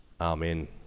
Amen